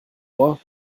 ohr